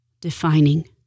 defining